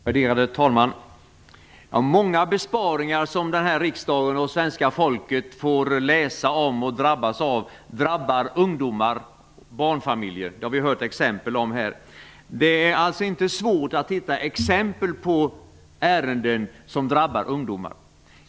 Värderade talman! Många besparingar som den här riksdagen och svenska folket får läsa om och drabbas av drabbar ungdomar och barnfamiljer. Det har vi hört exempel på här. Det är alltså inte svårt att hitta exempel på ärenden som drabbar ungdomar.